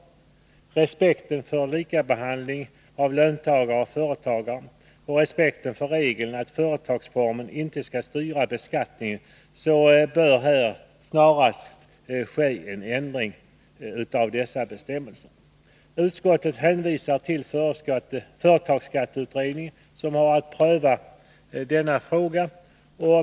Med tanke på respekten för principen om likabehandling av löntagare och företagare och för regeln att företagsformen inte skall styra beskattningen borde en ändring äga rum så snart som möjligt. Utskottet hänvisar till företagsskatteutredningen, som har att pröva frågan.